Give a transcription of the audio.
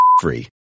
free